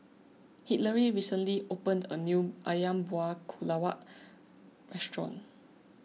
Hillary recently opened a new Ayam Buah Keluak Restaurant